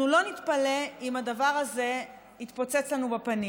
אנחנו לא נתפלא אם הדבר הזה יתפוצץ לנו בפנים,